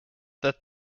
that